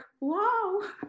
wow